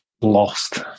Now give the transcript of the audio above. lost